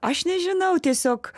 aš nežinau tiesiog